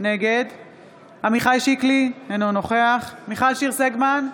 נגד עמיחי שיקלי, אינו נוכח מיכל שיר סגמן,